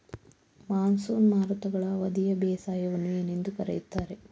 Monsoon ಮಾರುತಗಳ ಅವಧಿಯ ಬೇಸಾಯವನ್ನು ಏನೆಂದು ಕರೆಯುತ್ತಾರೆ?